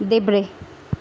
देब्रे